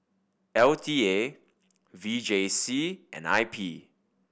L T A V J C and I P